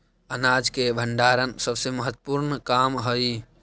अनाज के भण्डारण सबसे महत्त्वपूर्ण काम हइ